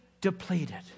depleted